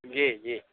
जी जी